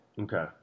Okay